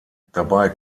dabei